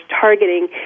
targeting